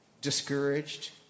discouraged